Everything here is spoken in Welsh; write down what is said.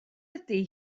ydy